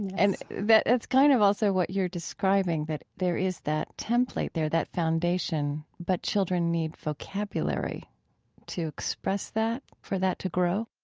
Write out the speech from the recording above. and that's kind of also what you're describing, that there is that template there, that foundation. but children need vocabulary to express that, for that to grow?